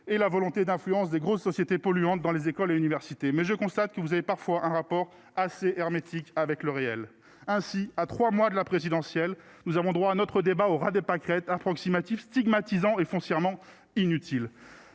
et la volonté d'influence des grosses sociétés polluantes dans les écoles et universités mais je constate que vous avez parfois un rapport assez hermétique avec le réel ainsi à 3 mois de la présidentielle, nous avons droit à notre débat au ras des pâquerettes, un front climatique stigmatisant et foncièrement inutile